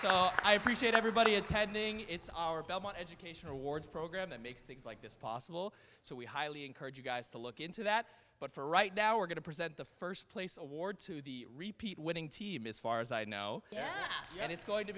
so i appreciate everybody attending it's our education awards program that makes things like this possible so we highly encourage you guys to look into that but for right now we're going to present the first place award to the repeat winning team as far as i know yeah and it's going to